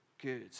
Good